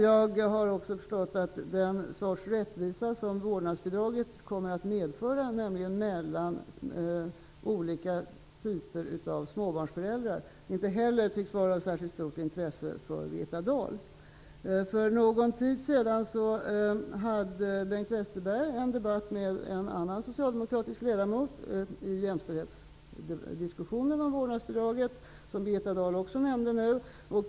Jag har också förstått att den sorts rättvisa som vårdnadsbidraget kommer att medföra, nämligen den mellan olika typer av småbarnsföräldrar, inte heller tycks vara av särskilt stort intresse för För någon tid sedan hade Bengt Westerberg en debatt med en annan socialdemokratisk ledamot i jämställdhetsdiskussionen om vårdnadsbidraget, som Birgitta Dahl också nämnde nu.